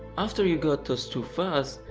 after you got those two files,